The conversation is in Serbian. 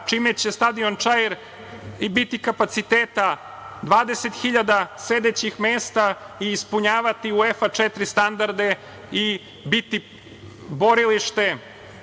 čime će stadion Čair biti kapaciteta 20.000 sedećih mesta i ispunjavati UEFA četiri standarde i biti borilište